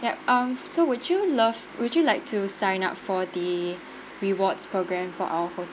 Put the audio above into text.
yup um so would you love would you like to sign up for the rewards program for our